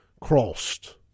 crossed